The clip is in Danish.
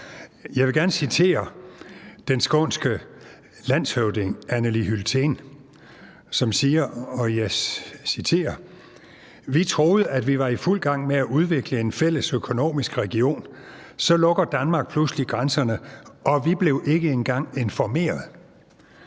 Jeg vil gerne citere den skånske landshøvding Anneli Hulthén, som siger: Vi troede, at vi var i fuld gang med at udvikle en fælles økonomisk region, så lukker Danmark pludselig grænserne, og vi blev ikke engang informeret.